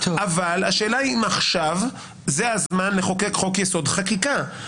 אבל השאלה אם עכשיו זה הזמן לחוקק חוק-יסוד: חקיקה,